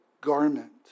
garment